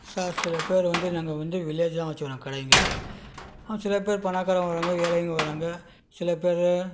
sir சில பேர் வந்து நாங்கள் வந்து வில்லேஜில் தான் வச்சுருக்கோம் கடை இங்கே சில பேர் பணக்காரங்க வராங்க ஏழையும் வராங்க சில பேர்